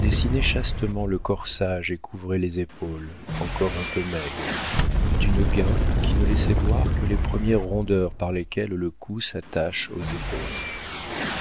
dessinait chastement le corsage et couvrait les épaules encore un peu maigres d'une guimpe qui ne laissait voir que les premières rondeurs par lesquelles le cou s'attache aux épaules